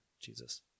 Jesus